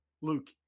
Luke